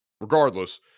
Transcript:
Regardless